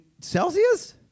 Celsius